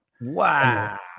Wow